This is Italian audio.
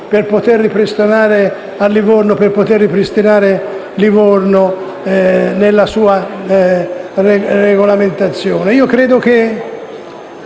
per poter ripristinare la città nella sua regolamentazione.